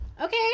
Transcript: okay